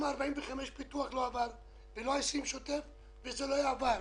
גם 45 מיליון שקל לפיתוח לא עברו וגם 20 מיליון שקל לשוטף וזה לא יעבור.